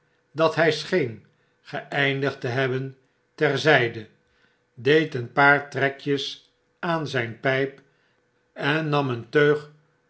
dat hy scheen geeindigd te hebben ter zyde deed een paar trekjes aan zyn pjjp en nam een teug